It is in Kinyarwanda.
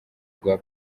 rwa